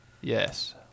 Yes